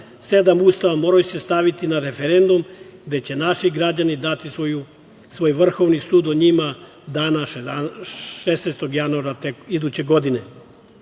7. Ustava moraju se staviti na referendum gde će naši građani dati svoj vrhovni sud o njima 16. januara iduće godine.